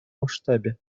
масштабе